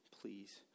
please